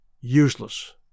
Useless